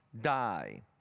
die